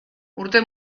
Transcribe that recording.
urte